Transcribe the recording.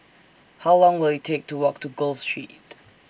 How Long Will IT Take to Walk to Gul Street